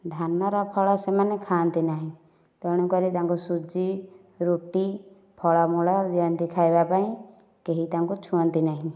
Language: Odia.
ଧାନର ଫଳ ସେମାନେ ଖାଆନ୍ତି ନାହିଁ ତେଣୁ କରି ତାଙ୍କୁ ସୁଜି ରୁଟି ଫଳମୂଳ ଦିଅନ୍ତି ଖାଇବା ପାଇଁ କେହି ତାଙ୍କୁ ଛୁଅଁନ୍ତି ନାହିଁ